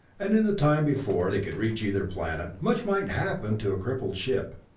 and in the time before they could reach either planet, much might happen to a crippled ship.